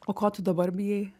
o ko tu dabar bijai